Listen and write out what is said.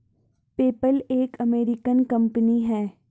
PayPal एक American company है